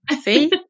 See